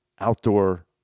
outdoor